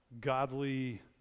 godly